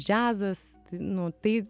džiazas nu tai